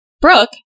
Brooke